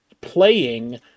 playing